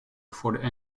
afford